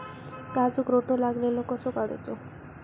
काजूक रोटो लागलेलो कसो काडूचो?